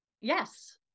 yes